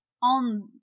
on